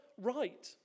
right